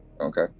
Okay